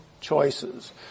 choices